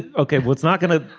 ok. what's not going to.